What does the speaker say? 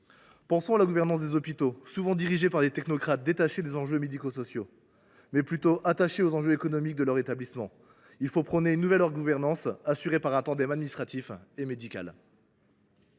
sur la gouvernance des hôpitaux, souvent dirigés par des technocrates détachés des enjeux médico sociaux et attachés aux seuls résultats économiques de leur établissement. Je plaide pour une nouvelle gouvernance, assurée par un tandem administratif et médical.